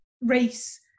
race